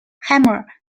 hammer